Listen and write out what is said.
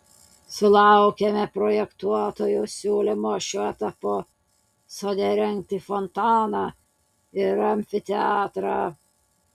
sulaukėme projektuotojų siūlymo šiuo etapu sode įrengti fontaną ir amfiteatrą